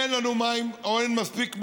אין מספיק מים,